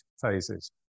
phases